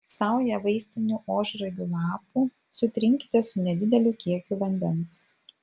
saują vaistinių ožragių lapų sutrinkite su nedideliu kiekiu vandens